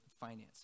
finances